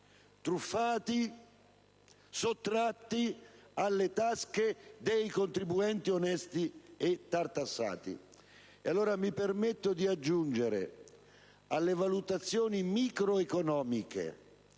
truffati, sottratti alle tasche dei contribuenti onesti e tartassati. E allora, mi permetto di aggiungere alle valutazioni microeconomiche,